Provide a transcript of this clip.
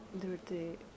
dirty